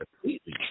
completely